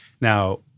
now